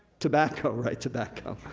tobacco, right, tobacco.